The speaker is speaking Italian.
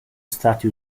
stati